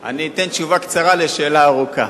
היושב-ראש, אני אתן תשובה קצרה על שאלה ארוכה.